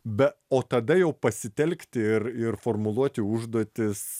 be o tada jau pasitelkti ir ir formuluoti užduotis